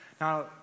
Now